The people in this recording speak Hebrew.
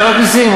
להעלות מסים,